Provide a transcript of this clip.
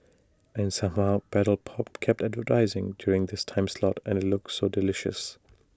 and somehow Paddle pop kept advertising during this time slot and looked so delicious